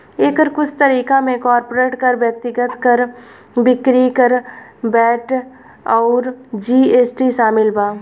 एकर कुछ तरीका में कॉर्पोरेट कर, व्यक्तिगत कर, बिक्री कर, वैट अउर जी.एस.टी शामिल बा